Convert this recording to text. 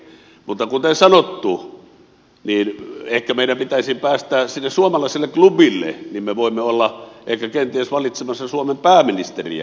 mutta kuten sanottu ehkä meidät pitäisi päästää sinne suomalaiselle klubille niin että me voimme olla kenties valitsemassa suomen pääministeriä